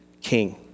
King